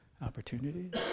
opportunities